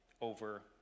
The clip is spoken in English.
over